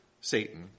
Satan